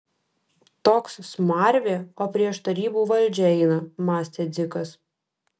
toks smarvė o prieš tarybų valdžią eina mąstė dzikas